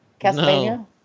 Castlevania